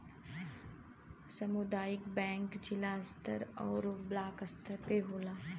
सामुदायिक बैंक जिला स्तर आउर ब्लाक स्तर पे होला